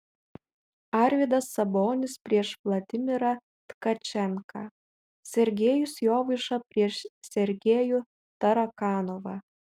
arvydas sabonis prieš vladimirą tkačenką sergejus jovaiša prieš sergejų tarakanovą